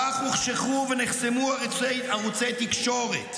כך הוחשכו ונחסמו ערוצי תקשורת,